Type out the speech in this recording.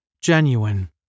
Genuine